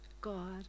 God